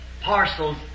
parcels